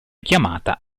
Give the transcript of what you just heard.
chiamata